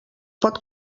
pot